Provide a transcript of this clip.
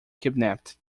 kidnapped